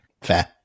Fair